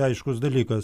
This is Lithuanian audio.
aiškus dalykas